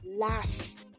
last